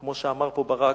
כמו שאמר פה ברק,